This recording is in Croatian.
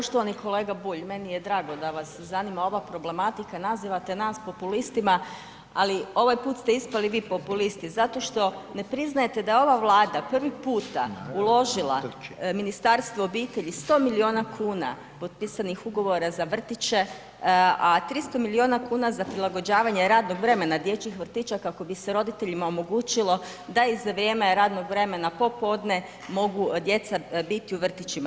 Poštovani kolega Bulje, meni je drago da vas zanima problematika, nazivate nas populistima ali ovaj put ste ispali vi populisti zato što ne priznajete da ova Vlada prvi puta uložila Ministarstvo obitelji 100 milijuna kn, potpisanih ugovora za vrtiće, a 300 milijuna kuna, za prilagođavanje radnog vremena dječjih vrtića, kako bi se roditeljima omogućilo da i za vrijeme radnog vremena popodne mogu djeca biti u vrtićima.